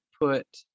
put